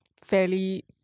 fairly